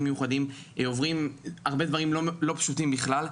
מיוחדים עוברים הרבה דברים לא פשוטים בכלל,